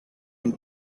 and